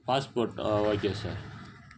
passport okay sir